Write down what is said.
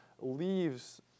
leaves